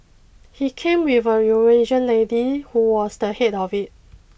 he came with a Eurasian lady who was the head of it